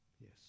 Yes